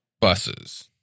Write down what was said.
buses